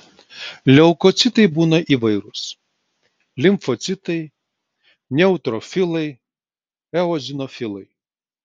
leukocitai būna įvairūs limfocitai neutrofilai eozinofilai